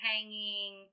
hanging